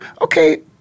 okay